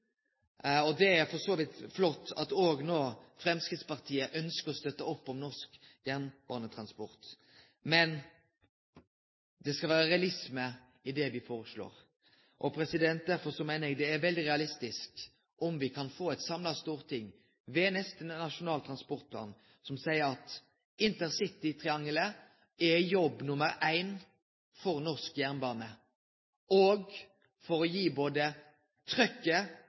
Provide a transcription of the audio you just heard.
Det er for så vidt flott at òg no Framstegspartiet ønskjer å støtte opp om norsk jernbanetransport. Men det skal vere realisme i det dei foreslår. Derfor meiner eg det er veldig realistisk om me kan få eit samla storting ved neste nasjonale transportplan som seier at intercitytriangelet er jobb nummer éin for norsk jernbane. Og for å gi både trykket